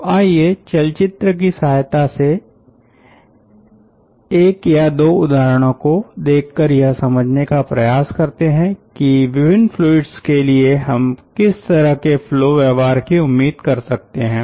तो आइए चलचित्र की सहायता से एक या दो उदाहरणों को देखकर यह समझने का प्रयास करते है कि विभिन्न फ्लुइड्स के लिए हम किस प्रकार के फ्लो व्यवहार की उम्मीद कर सकते है